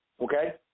Okay